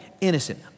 innocent